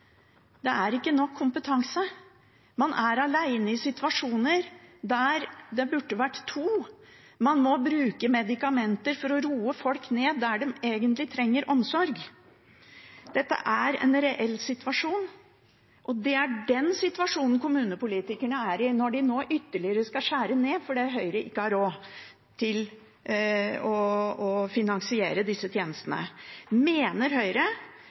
Det er ikke nok kompetanse. Man er alene i situasjoner der det burde vært to, og man må bruke medikamenter for å roe ned folk når de egentlig trenger omsorg. Dette er en reell situasjon, og det er den situasjonen kommunepolitikerne er i når de nå skal skjære ytterligere ned fordi Høyre ikke har råd til å finansiere disse tjenestene. Mener Høyre